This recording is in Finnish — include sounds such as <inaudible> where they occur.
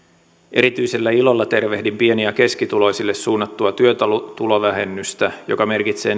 erityisellä ilolla tervehdin pieni ja keskituloisille suunnattua työtulovähennystä joka merkitsee <unintelligible>